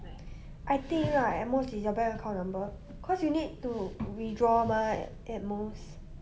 I think right at most 你的 bank account number cause you need to withdraw mah at most